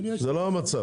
זה לא המצב.